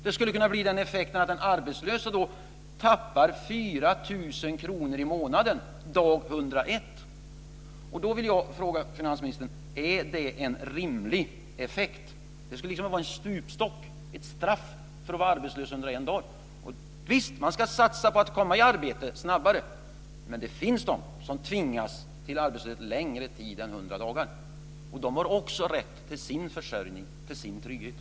Det skulle kunna bli den effekten att den arbetslöse då förlorar 4 000 kr i månaden dag 101. Då vill jag fråga finansministern: Är det en rimlig effekt? Det skulle vara en stupstock, ett straff, för att vara arbetslös 101 dagar. Visst ska man satsa på att komma i arbete snabbare. Men det finns människor som tvingas till arbetslöshet under längre tid än 100 dagar, och de har också rätt till sin försörjning, till sin trygghet.